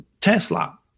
Tesla